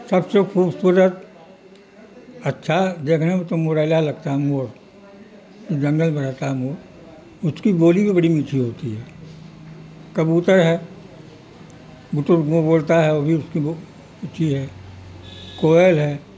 سب سے خوبصورت اچھا دیکھنے میں تو مورلا لگتا ہے مور جو جنگل میں رہتا ہے مور اس کی بولی بھی بڑی میٹھی ہوتی ہے کبوتر ہے گٹر گوں بولتا ہے وہ بھی اس کی وہ اچھی ہے کوئل ہے